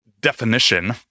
definition